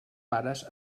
pares